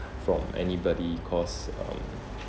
from anybody cause um